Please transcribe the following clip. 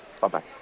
Bye-bye